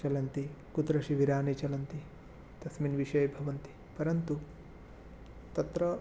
चलन्ति कुत्र शिबिराणि चलन्ति तस्मिन् विषये भवन्ति परन्तु तत्र